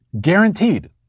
Guaranteed